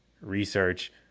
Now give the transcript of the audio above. research